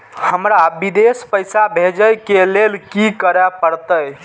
हमरा विदेश पैसा भेज के लेल की करे परते?